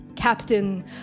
Captain